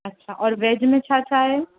अच्छा औरि वेज में छा छा आहे